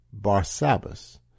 Barsabbas